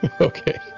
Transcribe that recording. Okay